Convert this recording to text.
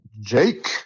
Jake